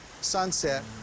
sunset